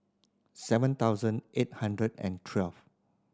seven thousand eight hundred and twelve